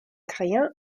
créant